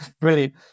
Brilliant